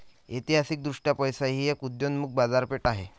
ऐतिहासिकदृष्ट्या पैसा ही एक उदयोन्मुख बाजारपेठ आहे